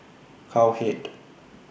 Cowhead